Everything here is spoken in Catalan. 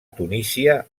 tunísia